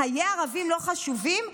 חיי ערבים לא חשובים?